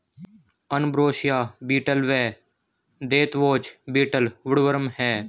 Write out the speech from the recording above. ambrosia beetle व deathwatch beetle woodworm हैं